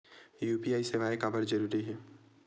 UPI सेवाएं काबर जरूरी हे?